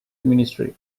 ministry